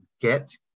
get